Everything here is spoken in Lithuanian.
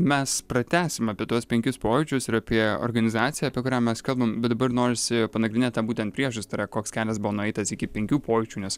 mes pratęsim apie tuos penkis pojūčius ir apie organizaciją apie kurią mes kalbam bet dabar norisi panagrinėt tą būtent priešistorę koks kelias buvo nueitas iki penkių pojūčių nes